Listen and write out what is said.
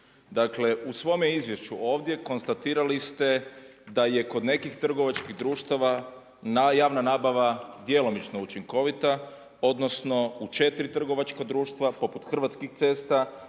Dakle u svome izvješću ovdje konstatirali ste da je kod nekih trgovačkih društava javna nabava djelomično učinkovita odnosno u četiri trgovačkih društava poput Hrvatskih cesta,